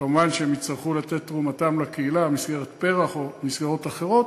כמובן שהם יצטרכו לתת את תרומתם לקהילה במסגרת פר"ח או מסגרות אחרות.